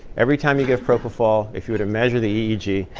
every time you give propofol, if you were to measure the eeg,